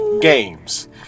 games